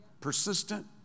Persistent